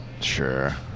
Sure